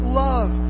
love